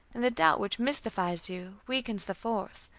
and the doubt which mystifies you, weakens the force,